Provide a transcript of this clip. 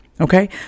okay